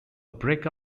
break